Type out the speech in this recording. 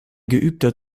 geübter